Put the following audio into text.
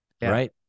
right